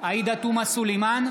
עאידה תומא סלימאן,